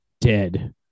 dead